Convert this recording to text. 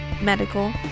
medical